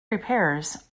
repairs